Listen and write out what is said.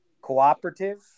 cooperative